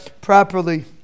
properly